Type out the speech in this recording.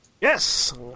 Yes